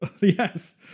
Yes